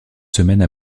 semaines